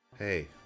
Hey